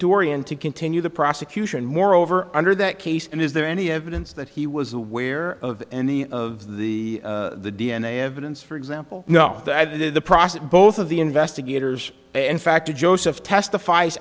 dorrian to continue the prosecution moreover under that case and is there any evidence that he was aware of any of the d n a evidence for example you know that the process both of the investigators and factor joseph testifies